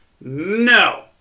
No